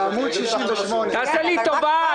תעשה לי טובה.